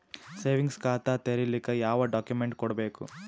Savings ಖಾತಾ ತೇರಿಲಿಕ ಯಾವ ಡಾಕ್ಯುಮೆಂಟ್ ಕೊಡಬೇಕು?